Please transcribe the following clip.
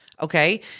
okay